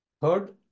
Third